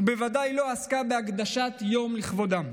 ובוודאי לא עסקה בהקדשת יום לכבודם.